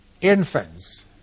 infants